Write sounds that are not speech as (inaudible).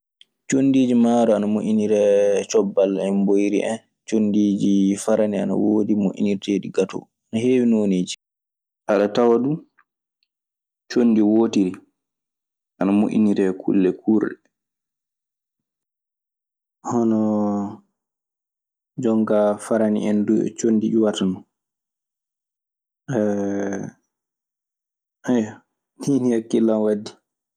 Condiiji maaro ana moƴƴindiree cobbal en, mboyri en. Conndiiji farani, ana woodi, moƴƴinirteeɗi gatoo. Aɗe tawa du conndi wootiri ana moƴƴiniree kulle kuurɗe. Honoo jonkaa farani en duu e conndi iwata non. (hesitation) Ɗii nii hakkillan waddi.